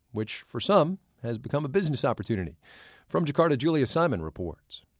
which for some has become a business opportunity from jakarta, julia simon reports